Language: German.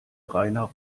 rainer